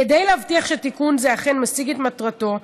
כדי להבטיח שתיקון זה אכן משיג את מטרתו,